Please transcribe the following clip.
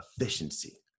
efficiency